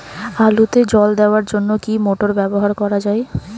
আলুতে জল দেওয়ার জন্য কি মোটর ব্যবহার করা যায়?